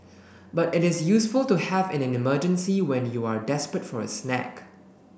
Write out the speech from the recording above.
but it is useful to have in an emergency when you are desperate for a snack